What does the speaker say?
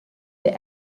the